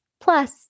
Plus